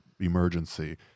emergency